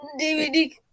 DVD